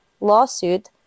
lawsuit